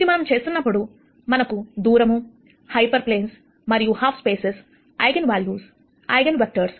ఇది మనం చేస్తున్నప్పుడు మనకు దూరము హైపెర్ప్లేన్స్ మరియు half spaces eigenvalues eigen vectors